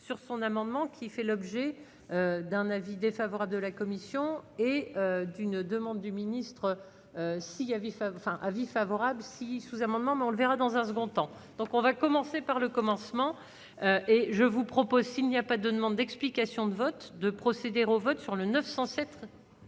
sur son amendement qui fait l'objet d'un avis défavorable de la commission et d'une demande du ministre si à vif avait enfin avis favorable si sous-amendement, mais on le verra dans un second temps, donc on va commencer par le commencement, et je vous propose, s'il n'y a pas de demande d'explication de vote de procéder au vote sur le 9107.